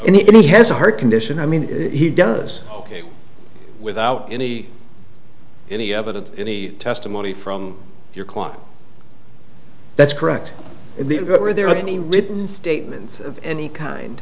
and he has a heart condition i mean he does it without any any evidence any testimony from your client that's correct the good were there any written statements of any kind